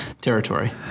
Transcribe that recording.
territory